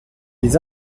les